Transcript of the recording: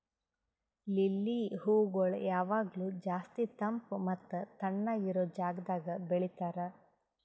lily ಹೂಗೊಳ್ ಯಾವಾಗ್ಲೂ ಜಾಸ್ತಿ ತಂಪ್ ಮತ್ತ ತಣ್ಣಗ ಇರೋ ಜಾಗದಾಗ್ ಬೆಳಿತಾರ್